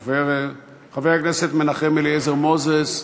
מוותרת, חבר הכנסת מנחם אליעזר מוזס,